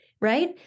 right